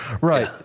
Right